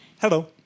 Hello